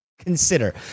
consider